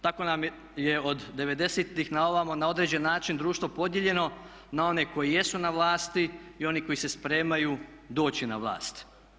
Tako nam je od devedesetih na ovamo na određen način društvo podijeljeno na one koji jesu na vlasti i oni koji se spremaju doći na vlast.